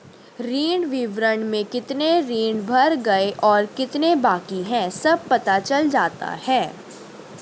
ऋण विवरण में कितने ऋण भर गए और कितने बाकि है सब पता चल जाता है